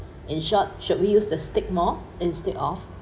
in short should we use the stick more instead of